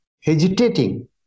hesitating